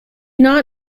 not